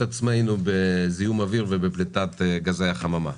עצמנו בזיהום אוויר ובפליטת גזי חממה.